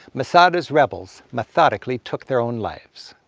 masada's rebels methodically took their own lives.